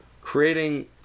creating